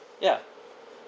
ya